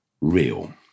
real